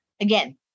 again